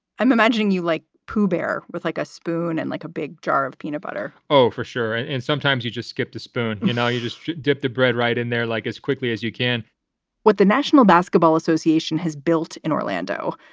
i'm imagining you like pooh bear with like a spoon and like a big jar of peanut butter oh, for sure. and and sometimes you just skip the spoon. you know, you just dip the bread right in there, like, as quickly as you can what the national basketball association has built in orlando,